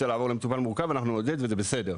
לעבור למטופל מורכב אנחנו נעודד וזה בסדר,